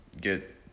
get